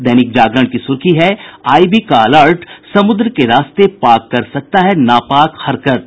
दैनिक जागरण की सुर्खी है आईबी का अलर्ट समुद्र के रास्ते पाक कर सकता है नापाक हरकत